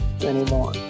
anymore